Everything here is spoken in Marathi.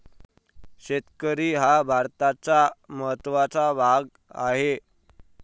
शेतकरी हा भारताचा महत्त्वाचा भाग आहे